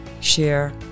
share